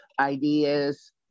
ideas